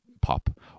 pop